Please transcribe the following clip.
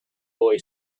boy